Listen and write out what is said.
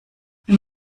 wenn